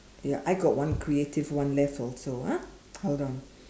ya I got one creative one left also ah hold on